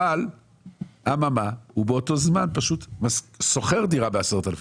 אבל באותו הזמן שוכרים דירה ב-10,000